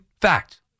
fact